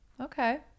Okay